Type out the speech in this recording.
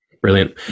Brilliant